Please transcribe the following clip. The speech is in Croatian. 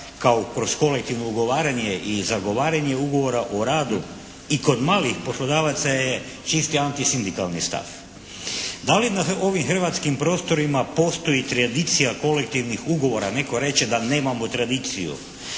kao kroz kolektivno ugovaranje i zagovaranje Ugovora o radu. I kod malih poslodavaca je čisti anti sindikalni stav. Da li na ovim hrvatskim prostorima postoji tradicija kolektivnih ugovora? Netko reće da nemamo tradiciju.